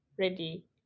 ready